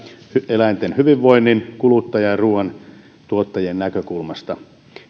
eläinten hyvinvoinnin kuluttajien ja ruoantuottajien näkökulmasta